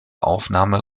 aufnahme